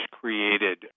created